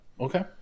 Okay